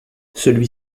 celui